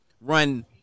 run